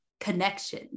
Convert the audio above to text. connection